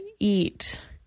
Eat